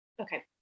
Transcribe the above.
Okay